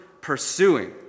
pursuing